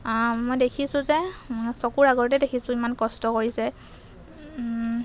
মই দেখিছোঁ যে চকুৰ আগতে দেখিছোঁ ইমান কষ্ট কৰিছে